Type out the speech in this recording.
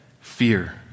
fear